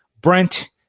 Brent